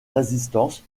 résistance